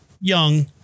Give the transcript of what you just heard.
Young